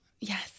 Yes